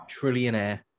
trillionaire